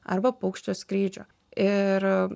arba paukščio skrydžio ir